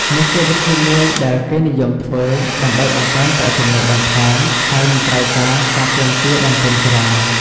នេះជាវិធីមួយដែលគេនិយមធ្វើដើម្បីបង្កើនប្រាក់ចំណូលបន្ថែម ហើយមិនត្រូវការការទាមទារដើមទុនច្រើន។